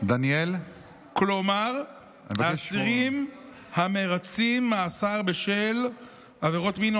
כלומר האסירים המרצים מאסר בשל עבירות מין או